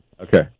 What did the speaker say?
Okay